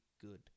good